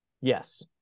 Yes